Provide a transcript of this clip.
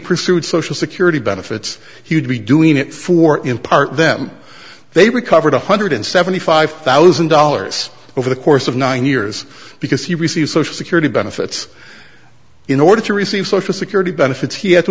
pursued social security benefits he would be doing it for him part them they recovered one hundred seventy five thousand dollars over the course of nine years because he received social security benefits in order to receive social security benefits he had to